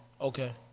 Okay